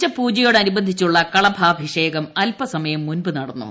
ഉച്ചപൂജയോട് അനുബന്ധിച്ചുള്ള കളഭാഭിഷേകം അല്പ സമയം മുമ്പ് നടന്നു